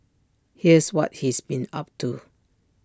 here's what he's been up to